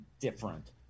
different